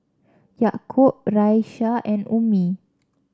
Yaakob Raisya and Ummi